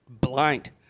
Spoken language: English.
blind